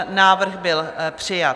Návrh byl přijat.